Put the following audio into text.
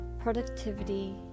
productivity